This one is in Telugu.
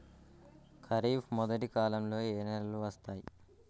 ఖరీఫ్ మొదటి కాలంలో ఏ నెలలు వస్తాయి?